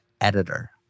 editor